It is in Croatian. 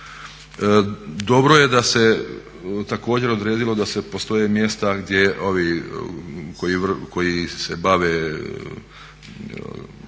Dobro je da se također odredilo da postoje mjesta gdje ovi koji